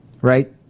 right